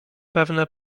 pewne